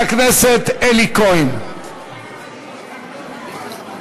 אלי כהן.